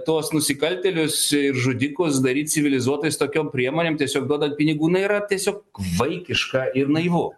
tuos nusikaltėlius žudikus daryt civilizuotais tokiom priemonėm tiesiog duodant pinigų na yra tiesiog vaikiška ir naivu